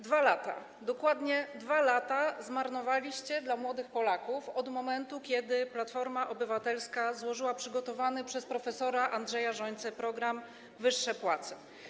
2 lata, dokładnie 2 lata zmarnowaliście, jeśli chodzi o młodych Polaków, od momentu kiedy Platforma Obywatelska złożyła przygotowany przez prof. Andrzeja Rzońcę program „Wyższe płace”